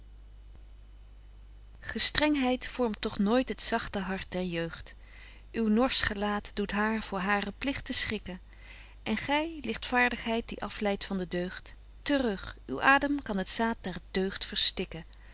zijn gestrengheid vormt toch nooit het zagte hart der jeugd uw norsch gelaat doet haar voor hare pligten schrikken en gy ligtvaardigheid die afleidt van de deugd te rug uw adem kan het zaad der deugd verstikken